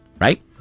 right